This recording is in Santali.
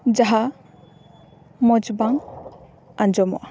ᱡᱟᱦᱟᱸ ᱢᱚᱡᱽ ᱵᱟᱝ ᱟᱸᱡᱚᱢᱚᱜᱼᱟ